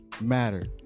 matter